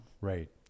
Right